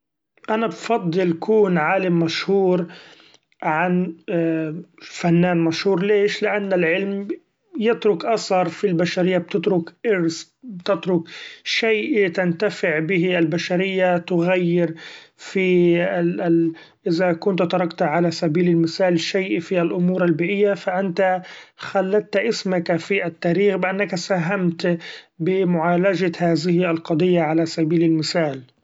أنا بفضل كون عالم مشهور عن فنان مشهور ليش لأن العلم يترك اثر في البشرية بتترك إرث ، بتترك شيء تنتفع به البشرية تغير في إذا كنت تركت علي سبيل المثال شيء في الأمور البيئية ف أنت خلدت اسمك في التاريخ بأنك ساهمت بعلاج هذه القضية علي سبيل المثال.